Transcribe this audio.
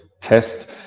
test